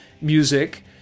music